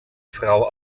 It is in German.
frau